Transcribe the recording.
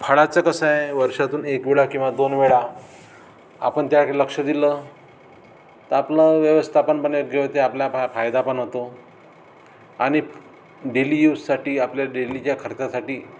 फळाचं कसं आहे वर्षातून एकवेळा किंवा दोनवेळा आपण त्याकडे लक्ष दिलं तर आपलं व्यवस्थापन पण योग्य होते आपल्या फायदा पण होतो आणि डेली यूजसाठी आपल्या डेलीच्या खर्चासाठी